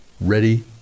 ready